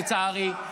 לצערי,